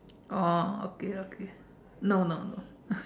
oh okay okay no no no